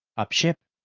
up ship!